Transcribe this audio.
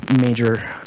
major